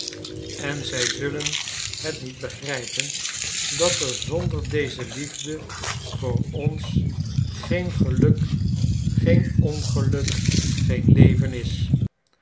en zij zullen het niet begrijpen dat er zonder deze liefde voor ons geen geluk geen ongeluk geen leven is